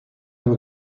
have